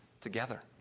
together